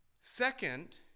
Second